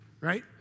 Right